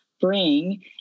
bring